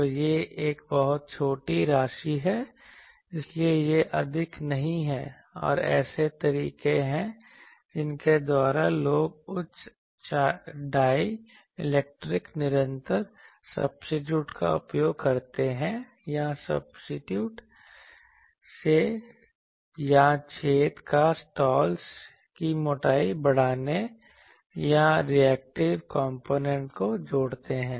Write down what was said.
तो यह एक बहुत छोटी राशि है इसलिए यह अधिक नहीं है और ऐसे तरीके हैं जिनके द्वारा लोग उच्च डाय इलेक्ट्रिक निरंतर सब्सट्रेट का उपयोग करते हैं या सब्सट्रेट या छेद या स्लॉट्स की मोटाई बढ़ाने या रिएक्टिव कॉम्पोनेंट को जोड़ते हैं